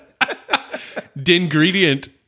Dingredient